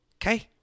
Okay